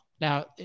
Now